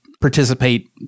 participate